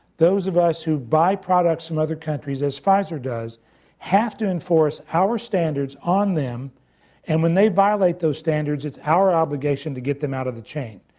those of us who buy products from other countries as pfizer does have to enforce our standards on them and when they violate those standards it's our obligation to get them out of the chain.